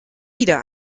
wieder